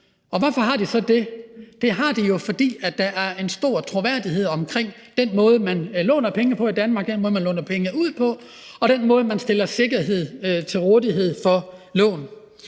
hvorfor har de så det? Det har de jo, fordi der er en stor troværdighed omkring den måde, man låner penge på i Danmark, den måde, man låner penge ud på, og den måde, hvorpå man stiller sikkerhed til rådighed for lån.